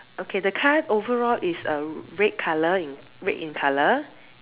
okay the car overall is a red color red in color